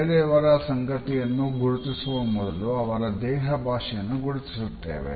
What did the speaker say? ಬೇರೆಯವರ ಸಂಗತಿಯನ್ನು ಗುರುತಿಸುವ ಮೊದಲು ಅವರ ದೇಹ ಭಾಷೆಯನ್ನು ಗುರುತಿಸುತ್ತೇವೆ